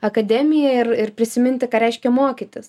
akademiją ir ir prisiminti ką reiškia mokytis